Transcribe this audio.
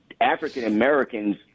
African-Americans